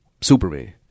superman